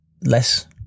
less